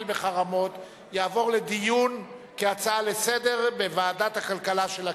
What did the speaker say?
בחרמות יעבור לדיון כהצעה לסדר-היום בוועדת הכלכלה של הכנסת.